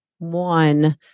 One